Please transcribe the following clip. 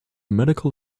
medical